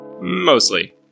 Mostly